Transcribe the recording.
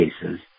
cases